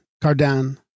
Cardan